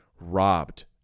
robbed